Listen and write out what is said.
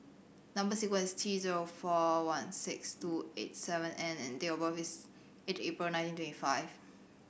number sequence T zero four one six two eight seven N and date of birth is eight April nineteen twenty five